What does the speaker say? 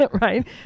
right